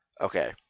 Okay